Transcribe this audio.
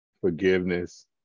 forgiveness